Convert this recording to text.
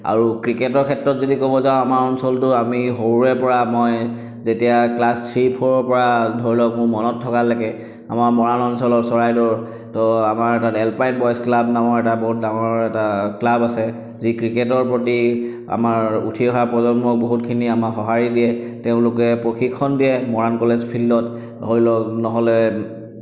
আৰু ক্ৰিকেটৰ ক্ষেত্ৰত যদি ক'ব যাওঁ আমাৰ অঞ্চলটো আমি সৰুৰে পৰা মই যেতিয়া ক্লাছ থ্ৰী ফ'ৰৰ পৰা ধৰি লওক মোৰ মনত থকালৈকে আমাৰ মৰাণ অঞ্চলৰ চৰাইদেউৰ তো আমাৰ এটা এলপাইন বয়জ ক্লাব নামৰ এটা বহুত ডাঙৰ এটা ক্লাব আছে যি ক্ৰিকেটৰ প্ৰতি আমাৰ উঠি অহা প্ৰজন্মক বহুতখিনি আমাৰ সঁহাৰি দিয়ে তেওঁলোকে প্ৰশিক্ষণ দিয়ে মৰাণ কলেজ ফিল্ডত ধৰি লওক নহ'লে